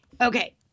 okay